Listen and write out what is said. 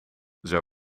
zij